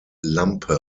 lampe